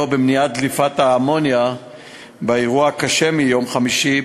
במניעת דליפת האמוניה באירוע הקשה ביום חמישי,